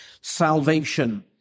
salvation